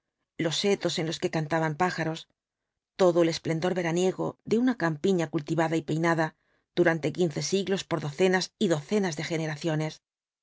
los setos en los que cantaban pájaros todo el esplendor veraniego de una campiña cultivada y peinada durante quince siglos por docenas y docenas de generaciones